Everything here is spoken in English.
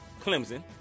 Clemson